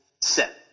set